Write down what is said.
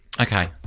Okay